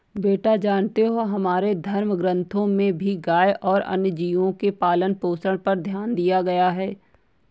बेटा जानते हो हमारे धर्म ग्रंथों में भी गाय और अन्य जीव के पालन पोषण पर ध्यान दिया गया है